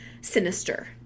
sinister